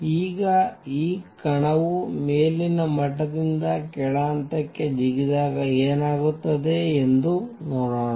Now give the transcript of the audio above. ಈಗ ಈ ಕಣವು ಮೇಲಿನ ಮಟ್ಟದಿಂದ ಕೆಳ ಹಂತಕ್ಕೆ ಜಿಗಿದಾಗ ಏನಾಗುತ್ತದೆ ಎಂದು ನೋಡೋಣ